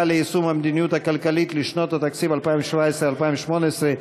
ליישום המדיניות הכלכלית לשנות התקציב 2017 ו-2018),